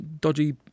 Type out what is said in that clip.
dodgy